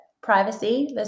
privacy